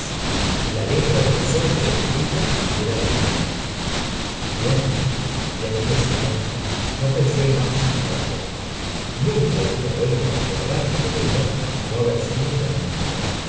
y la letra del sobrescrito era de mujer y bien v le diré señor no pensé más en la cofia y nunca hubiera vuelto á acordarme de ella áno haber sido por mi mujer